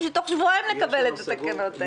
שתוך שבועיים נקבל את התקנות האלה,